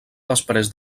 després